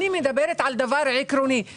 אני מדברת על דבר עקרוני.